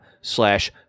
slash